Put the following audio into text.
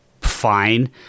fine